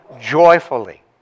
joyfully